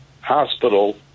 Hospital